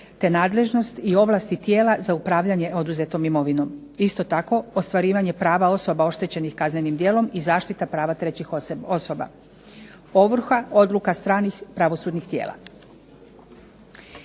te nadležnost i ovlasti tijela za upravljanjem oduzetom imovinom. Isto tako prava osoba oštećenih kaznenim djelom i zaštita prava trećih osoba. Ovrha odluka stranih pravosudnih tijela.